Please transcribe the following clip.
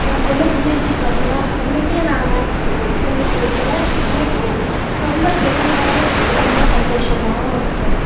என் பொண்ணு பிஎஸ்சி பண்றாள் அவளுக்கே நான் மேக்ஸ் சொல்லி கொடுக்கறேன் எனக்கே ரொம்ப பெருமையாகவும் இருக்குது ரொம்ப சந்தோஷமாகவும் இருக்குது